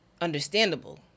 understandable